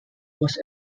was